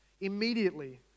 immediately